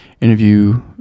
interview